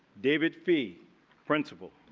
david fee principal.